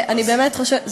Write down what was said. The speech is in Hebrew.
אני באמת חושבת,